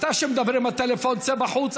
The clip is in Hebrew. אתה שם עם הטלפון, צא בחוץ.